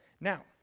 Now